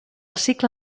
cicle